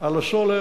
על הסולר.